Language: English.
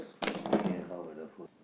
okay how are the food